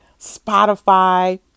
Spotify